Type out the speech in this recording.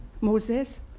Moses